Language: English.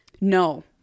No